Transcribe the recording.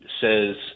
says